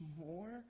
more